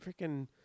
freaking